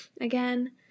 again